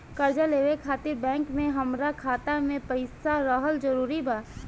कर्जा लेवे खातिर बैंक मे हमरा खाता मे पईसा रहल जरूरी बा?